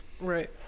right